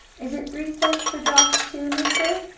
is it three cents for dogs, too, mister?